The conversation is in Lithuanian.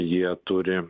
jie turi